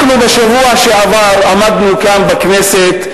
אנחנו בשבוע שעבר עמדנו כאן בכנסת,